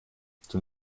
zum